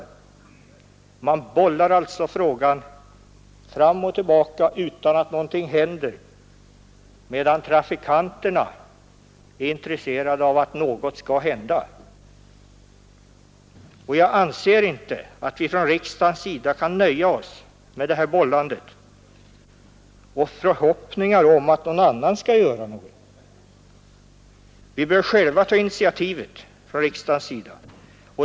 Man bollar bara frågan fram och tillbaka utan att någonting sker, medan trafikanterna är intresserade av att något händer. Jag anser inte att vi från riksdagens sida kan nöja oss med detta bollande under förhoppningar om att någon annan skall göra något. Vi bör själva ta initiativet här i riksdagen.